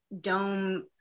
dome